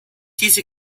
diese